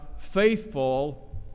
faithful